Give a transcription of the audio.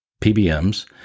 PBMs